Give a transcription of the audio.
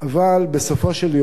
אבל בסופו של יום,